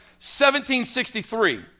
1763